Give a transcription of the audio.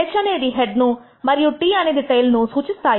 H అనేది head ను మరియు T అనేది టెయిల్ ను సూచిస్తాయి